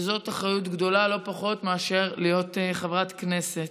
וזאת אחריות גדולה לא פחות מאשר להיות חברת כנסת.